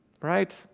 right